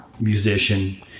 musician